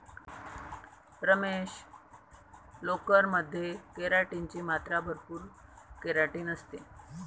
रमेश, लोकर मध्ये केराटिन ची मात्रा भरपूर केराटिन असते